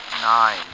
Nine